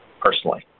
personally